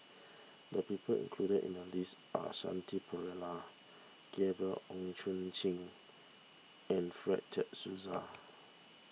the people included in the list are Shanti Pereira Gabriel Oon Chong Jin and Fred De Souza